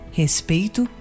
respeito